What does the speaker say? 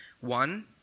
One